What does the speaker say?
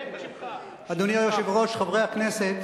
אדוני היושב-ראש, חברי הכנסת,